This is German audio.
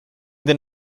den